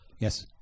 yes